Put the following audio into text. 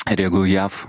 ir jeigu jav